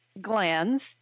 glands